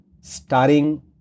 starring